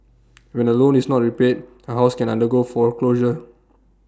when A loan is not repaid A house can undergo foreclosure